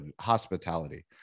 hospitality